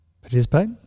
Participate